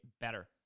better